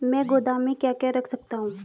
मैं गोदाम में क्या क्या रख सकता हूँ?